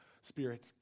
Spirit